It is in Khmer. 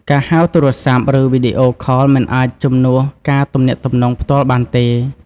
ការហៅទូរស័ព្ទ ឬវីដេអូខល មិនអាចជំនួសការទំនាក់ទំនងផ្ទាល់បានទេ។